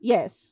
Yes